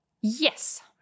Yes